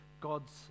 God's